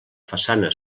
façana